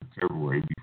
February